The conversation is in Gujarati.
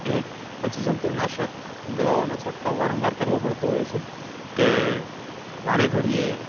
એ પછી જંતુનાશક દવાઓનો છંટકાવ વારંવાર કરવો પડતો હોય છે કે વારેઘડીએ